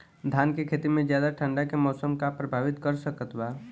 धान के खेती में ज्यादा ठंडा के मौसम का प्रभावित कर सकता बा?